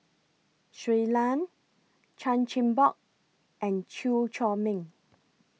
Shui Lan Chan Chin Bock and Chew Chor Meng